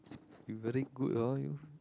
you very good orh you